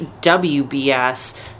wbs